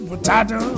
Potato